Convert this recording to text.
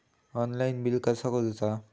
Online bill कसा करुचा?